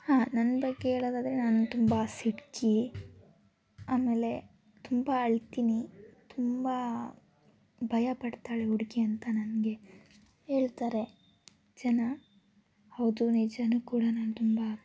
ನನ್ನ ಬಗ್ಗೆ ಹೇಳೋದಾದ್ರೆ ನಾನು ತುಂಬ ಸಿಡುಕಿ ಆಮೇಲೆ ತುಂಬ ಅಳ್ತೀನಿ ತುಂಬ ಭಯಪಡ್ತಾಳೆ ಹುಡುಗಿ ಅಂತ ನನಗೆ ಹೇಳ್ತಾರೆ ಜನ ಹೌದು ನಿಜಾನು ಕೂಡ ನಾನು ತುಂಬ